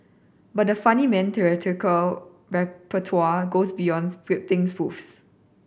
but the funnyman theatrical repertoire goes beyond scripting spoofs